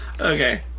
Okay